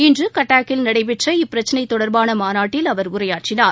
இன்று கட்டாக்கில் நடைபெற்ற இப்பிரச்சினை தொடர்பான மாநாட்டில் அவர் உரையாற்றினார்